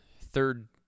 third